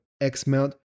X-mount